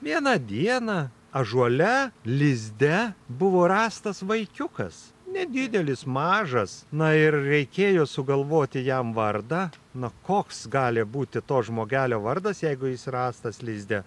vieną dieną ąžuole lizde buvo rastas vaikiukas nedidelis mažas na ir reikėjo sugalvoti jam vardą na koks gali būti to žmogelio vardas jeigu jis rastas lizde